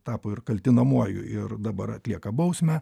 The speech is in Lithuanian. tapo ir kaltinamuoju ir dabar atlieka bausmę